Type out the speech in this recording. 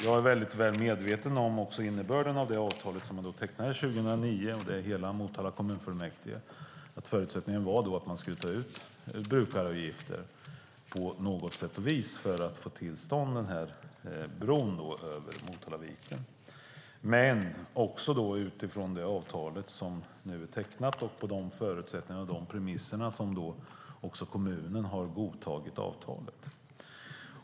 Jag är också väl medveten om innebörden av det avtal man tecknade 2009 - det är också hela Motala kommunfullmäktige - om att förutsättningen var att man skulle ta ut brukaravgifter på något sätt för att få till stånd bron över Motalaviken. Det var dock utifrån avtalet som nu är tecknat och utifrån de förutsättningarna och premisserna som kommunen godtog avtalet.